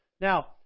Now